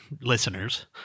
listeners